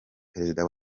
perezida